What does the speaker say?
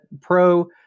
Pro